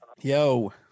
yo